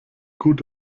gut